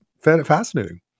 fascinating